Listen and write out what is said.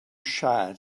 shy